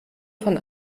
von